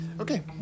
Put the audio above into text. Okay